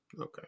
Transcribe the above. Okay